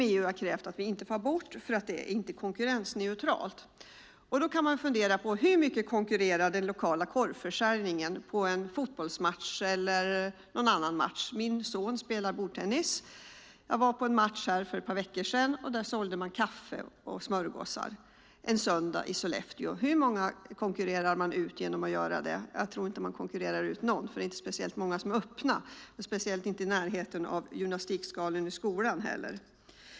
EU har krävt att vi inte får låta bli att ta ut moms eftersom det inte är konkurrensneutralt. Man kan undra hur mycket konkurrens den lokala korvförsäljningen på en fotbollsmatch till exempel innebär. Min son spelar bordtennis. Jag var på en match för ett par veckor sedan. Där sålde man kaffe och smörgåsar en söndag i Sollefteå. Hur många konkurrerar man ut med det? Jag tror inte att man konkurrerar ut någon eftersom inte många har öppet, särskilt inte i närheten av skolans gymnastiksal.